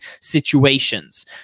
situations